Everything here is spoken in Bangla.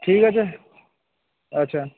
ঠিক আছে আচ্ছা